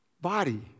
body